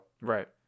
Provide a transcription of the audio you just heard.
Right